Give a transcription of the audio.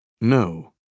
no